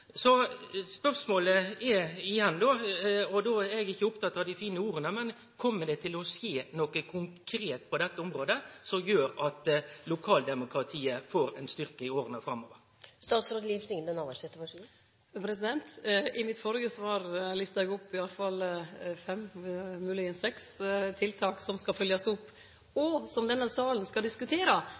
Så spørsmålet er igjen – og då er eg ikkje oppteken av dei fine orda: Kjem det til å skje noko konkret på dette området som gjer at lokaldemokratiet får ei styrking i åra framover? I mitt førre svar lista eg opp i alle fall fem – kanskje seks – tiltak som skal følgjast opp, og som denne salen skal